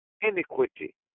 iniquity